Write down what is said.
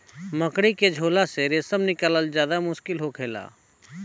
मकड़ी के झोल से रेशम निकालल ज्यादे मुश्किल होखेला